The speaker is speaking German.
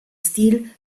stil